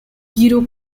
guido